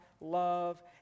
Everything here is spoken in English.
love